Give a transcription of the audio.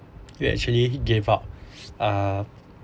you actually gave up ah